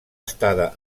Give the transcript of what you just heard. estada